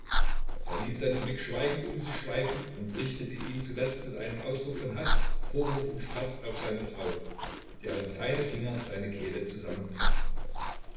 er ließ seinen blick schweigend um sich schweifen und richtete ihn zuletzt mit einem ausdruck von haß vorwurf und schmerz auf seine frau deren feine finger seine kehle